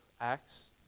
Acts